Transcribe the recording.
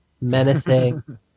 Menacing